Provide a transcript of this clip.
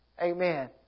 Amen